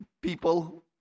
people